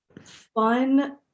fun